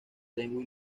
lengua